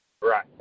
Right